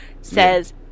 says